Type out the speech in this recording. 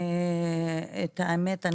האמת,